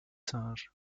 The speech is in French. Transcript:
singes